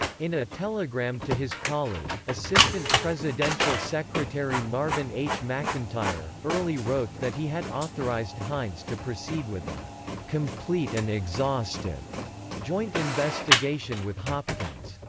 in a telegram to his colleague, assistant presidential secretary marvin h. mcintyre, early wrote that he had authorized hines to proceed with a complete and exhaustive joint investigation with hopkins.